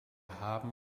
haben